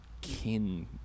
kin